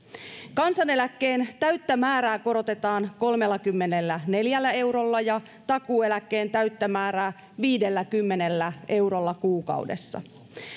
kansaneläkkeen täyttä määrää korotetaan kolmellakymmenelläneljällä eurolla ja takuueläkkeen täyttä määrää viidelläkymmenellä eurolla kuukaudessa